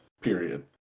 period